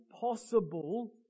possible